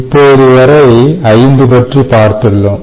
இப்போது வரை 5 பற்றி பார்த்துள்ளோம்